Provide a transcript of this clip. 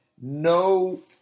no